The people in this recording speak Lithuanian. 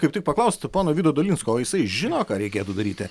kaip tik paklausti pono vydo dolinsko o jisai žino ką reikėtų daryti